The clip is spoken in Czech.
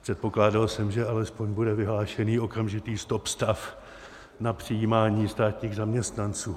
Předpokládal jsem, že alespoň bude vyhlášený okamžitý stopstav na přijímání státních zaměstnanců.